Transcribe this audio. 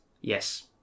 yes